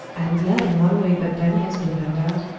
i'm glad in one way that danny has been found out,